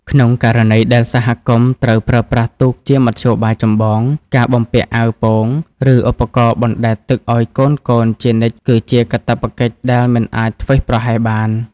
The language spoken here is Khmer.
ក្នុងករណីដែលសហគមន៍ត្រូវប្រើប្រាស់ទូកជាមធ្យោបាយចម្បង ការបំពាក់អាវពោង ឬឧបករណ៍បណ្តែតទឹកឱ្យកូនៗជានិច្ចគឺជាកាតព្វកិច្ចដែលមិនអាចធ្វេសប្រហែសបាន។